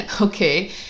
Okay